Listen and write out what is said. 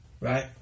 right